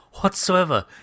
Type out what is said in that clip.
whatsoever